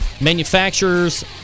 Manufacturers